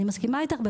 אני מסכימה איתך.